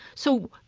so,